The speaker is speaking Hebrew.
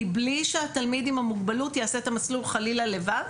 מבלי שהתלמיד עם המוגבלות יעשה את המסלול חלילה לבד,